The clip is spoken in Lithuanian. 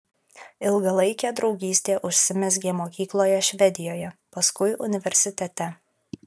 ilgalaikė draugystė užsimezgė mokykloje švedijoje paskui universitete